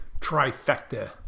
trifecta